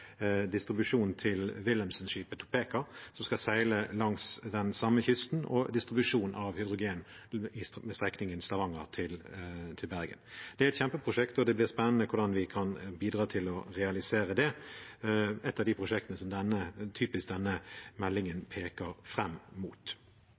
distribusjon til Wilhelmsen-skipet «Topeka», som skal seile langs den samme kysten, og distribusjon av hydrogen ved strekningen Stavanger–Bergen. Det er et kjempeprosjekt, og det blir spennende hvordan vi kan bidra til å realisere det, et av de prosjektene denne meldingen typisk